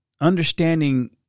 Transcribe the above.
understanding